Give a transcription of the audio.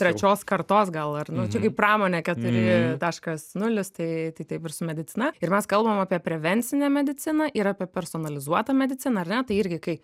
trečios kartos gal ar nu čia kaip pramonė keturi taškas nulis tai tai taip ir su medicina ir mes kalbam apie prevencinę mediciną ir apie personalizuotą mediciną ar ne tai irgi kai